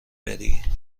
بری